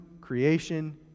creation